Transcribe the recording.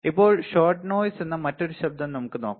ഇപ്പോൾ shot noise എന്ന മറ്റൊരു ശബ്ദം നമുക്ക് നോക്കാം